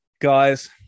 guys